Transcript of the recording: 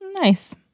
Nice